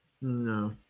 No